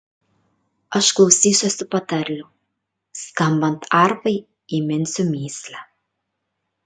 aš klausysiuosi patarlių skambant arfai įminsiu mįslę